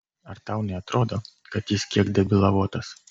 ar tau neatrodo kad jis kiek debilavotas